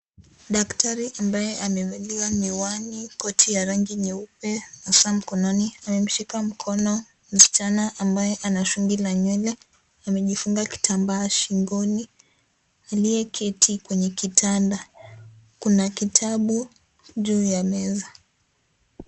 Daktari ambaye amevalia miwani, koti ya rangi nyeupe na saa mkononi amemshika mkono msichana ambaye ana shungi la nywele, amejifunga kitambaa shingoni, aliyeketi kwenye kitanda. Kuna kitabu juu ya meza.